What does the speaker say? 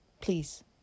please